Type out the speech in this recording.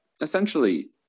essentially